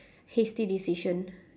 hasty decision